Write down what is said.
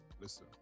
listen